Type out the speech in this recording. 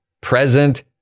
present